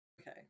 Okay